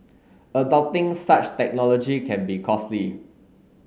adopting such technology can be costly